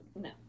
No